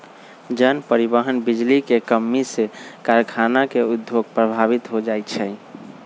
जन, परिवहन, बिजली के कम्मी से कारखाना के उद्योग प्रभावित हो जाइ छै